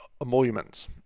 emoluments